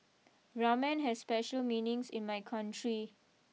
Ramen has special meanings in my country